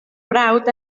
mrawd